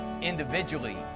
individually